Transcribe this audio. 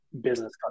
business